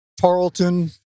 Tarleton